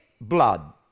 blood